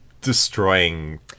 destroying